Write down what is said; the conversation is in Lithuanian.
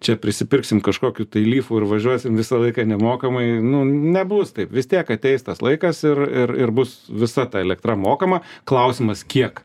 čia prisipirksim kažkokių tai lyfų ir važiuosim visą laiką nemokamai nu nebus taip vis tiek ateis tas laikas ir ir ir bus visa ta elektra mokama klausimas kiek